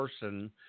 person